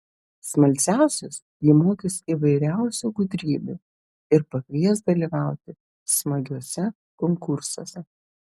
smalsiausius ji mokys įvairiausių gudrybių ir pakvies dalyvauti smagiuose konkursuose